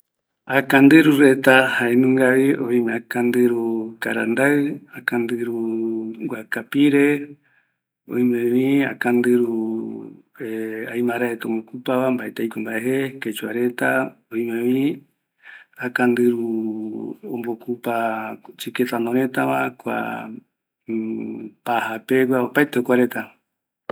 Akandiru reta, jaenungavi, oime akandiru karandaɨ, akandiru guaka pire, oime vi akandiru aimara reta oiporu va, mbaeti aikua mbae jee, oime vi kua chiquitano reta va, kua paja pegua, opaete jokuareta